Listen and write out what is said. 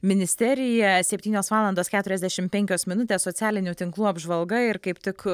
ministeriją septynios valandos keturiasdešim penkios minutės socialinių tinklų apžvalga ir kaip tik